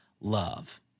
love